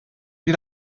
wie